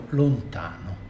lontano